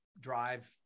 drive